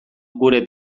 gure